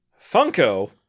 Funko